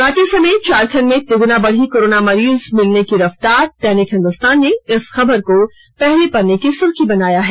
रांची समेत झारखंड में तिग्ना बढ़ी कोरोना मरीज मिलने की रफ्तार दैनिक हिन्दुस्तान ने इस खबर को पहले पन्ने की सुर्खी बनाया है